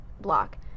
block